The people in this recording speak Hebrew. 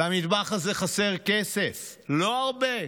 למטבח הזה חסר כסף, לא הרבה,